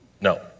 No